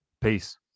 Peace